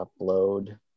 upload